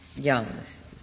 Young's